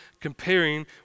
comparing